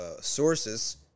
sources